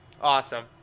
awesome